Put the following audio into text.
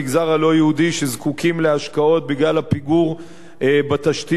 הלא-יהודי שזקוקים להשקעות בגלל הפיגור בתשתיות,